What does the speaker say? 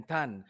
Tan